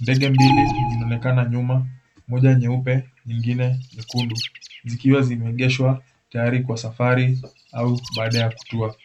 Ndege mbili zinaonekana nyuma, moja nyeupe, nyingine nyekundu, zikiwa zimeegeshwa tayari kwa safari au baada ya kutua